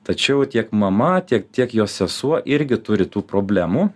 tačiau tiek mama tiek tiek jos sesuo irgi turi tų problemų